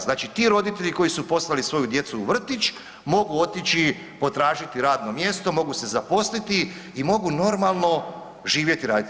Znači ti roditelji koji su poslali svoju djecu u vrtić mogu otići potražiti radno mjesto, mogu se zaposliti i mogu normalno živjeti i raditi.